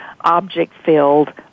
object-filled